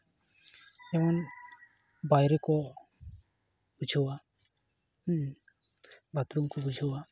ᱡᱮᱢᱚᱱ ᱵᱟᱭᱨᱮ ᱠᱚ ᱵᱩᱡᱷᱟᱹᱣᱟ ᱵᱟᱛᱨᱩᱢ ᱠᱚ ᱵᱩᱡᱷᱟᱹᱣᱟ